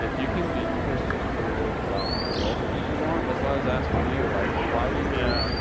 if you can be crystal clear about the result that people want, that's why i was asking you like, well, why do you. yeah